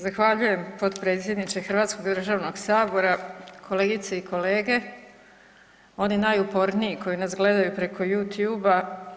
Zahvaljujem potpredsjedniče Hrvatskog državnog sabora, kolegice i kolege, oni najuporniji koji nas gledaju preko YouTubea.